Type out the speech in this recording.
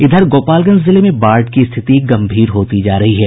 इधर गोपालगंज जिले में बाढ़ की स्थिति गंभीर होती जा रही है